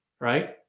right